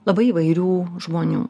labai įvairių žmonių